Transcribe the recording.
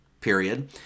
period